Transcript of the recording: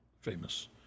famous